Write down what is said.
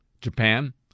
Japan